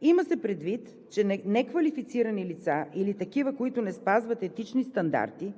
Има се предвид, че неквалифицирани лица или такива, които не спазват етични стандарти